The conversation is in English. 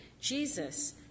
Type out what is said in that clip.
Jesus